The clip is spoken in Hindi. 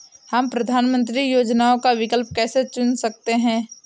हम प्रधानमंत्री योजनाओं का विकल्प कैसे चुन सकते हैं?